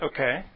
Okay